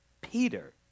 Peter